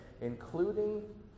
including